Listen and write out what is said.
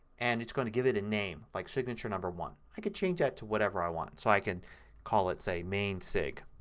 and it's going to give it a name like signature one. i can change it to whatever i want. so i can call it, say, main sig.